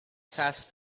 fast